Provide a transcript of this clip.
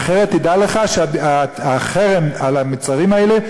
אחרת תדע לך שהחרם על המוצרים האלה,